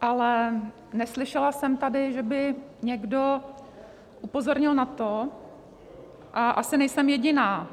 Ale neslyšela jsem tady, že by někdo upozornil na to, a asi nejsem jediná,